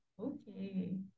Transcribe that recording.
okay